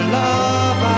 love